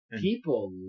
people